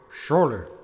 Surely